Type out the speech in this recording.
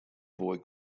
boy